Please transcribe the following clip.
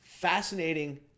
fascinating